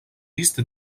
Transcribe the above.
liste